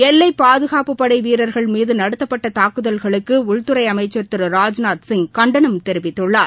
எல்லைப் பாதுகாப்புப்படைவீரர்கள் மீதுநடத்தப்பட்டதாக்குதல்களுக்குஉள்துறைஅமைச்சர் திரு ராஜ்நாத்சிங் கண்டனம் தெரிவித்துள்ளார்